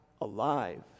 alive